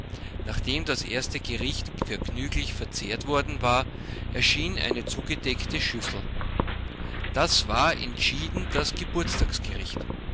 nachdem das erste gericht vergnüglich verzehrt worden war erschien eine zugedeckte schüssel das war entschieden das